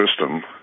system